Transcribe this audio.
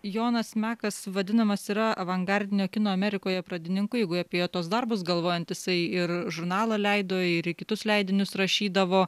jonas mekas vadinamas yra avangardinio kino amerikoje pradininku jeigu apie jo tuos darbus galvojant jisai ir žurnalą leido ir į kitus leidinius rašydavo